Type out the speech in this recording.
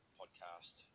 podcast